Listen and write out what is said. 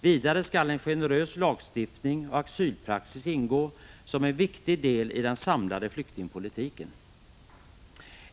Vidare skall en generös lagstiftning och asylpraxis ingå som en viktig del i den samlade flyktingpolitiken.